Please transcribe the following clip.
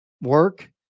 work